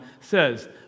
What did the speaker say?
says